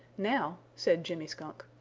now, said jimmy skunk,